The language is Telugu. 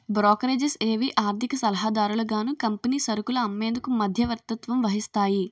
బ్రోకరేజెస్ ఏవి ఆర్థిక సలహాదారులుగాను కంపెనీ సరుకులు అమ్మేందుకు మధ్యవర్తత్వం వహిస్తాయి